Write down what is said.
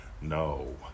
No